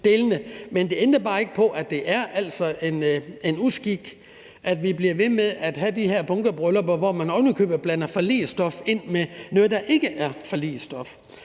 men det ændrer bare ikke på, at det altså er en uskik, at vi bliver ved med at have de her bunkebryllupper, hvor man ovenikøbet blander forligsstof sammen med noget, der ikke er forligsstof.